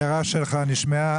ההערה שלך נשמעה.